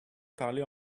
parler